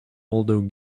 although